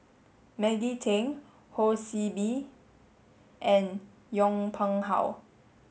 Maggie Teng Ho See Beng and Yong Pung How